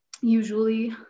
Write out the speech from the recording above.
usually